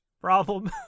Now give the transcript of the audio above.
problem